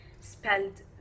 spelled